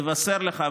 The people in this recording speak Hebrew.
אבשר לך,